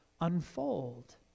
unfold